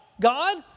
God